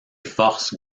force